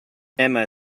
emma